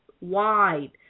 wide